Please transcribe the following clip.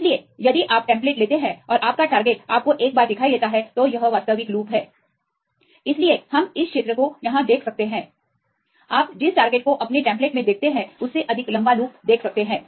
इसलिए यदि आप टेम्प्लेट लेते हैं और आपका लक्ष्य आपको एक बार दिखाई देता है तो यह वास्तविक लूप है इसलिए हम इस क्षेत्र को यहाँ देख सकते हैं आप जिस लक्ष्य को अपने टेम्प्लेट में देखते हैं उससे अधिक लंबा लूप देख सकते हैं